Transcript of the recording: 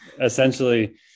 essentially